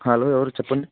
hello ఎవరు చెప్పండి